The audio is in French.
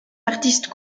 artistes